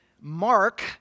Mark